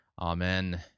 Amen